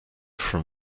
from